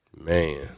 man